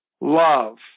love